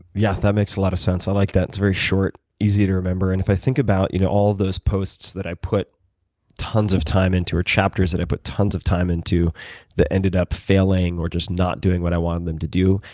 yeah, that makes a lot of sense. i like that. it's very short, easy to remember, and if i think about you know all those posts that i put tons of time into or chapters that i put tons of time into that ended up failing or just not doing what i wanted them to do,